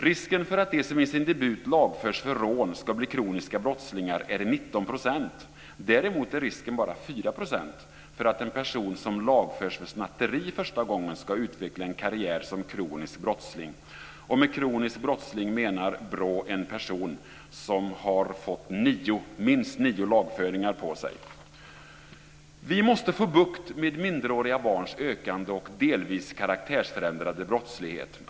Risken för att de som i sin debut lagförs för rån ska bli kroniska brottslingar är 19 %. Däremot är risken bara 4 % för att en person som lagförs för snatteri första gången ska utveckla en karriär som kronisk brottsling. Med det menar BRÅ en person som fått minst nio lagföringar på sig. Vi måste få bukt med minderåriga barns ökande och delvis karaktärsförändrade brottslighet.